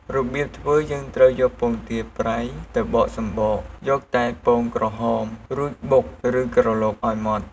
របៀបធ្វើយើងត្រូវយកពងទាប្រៃទៅបកសំបក យកតែពងក្រហម រួចបុកឬក្រឡុកឱ្យម៉ដ្ឋ។